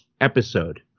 episode